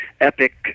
epic